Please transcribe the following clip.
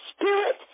spirit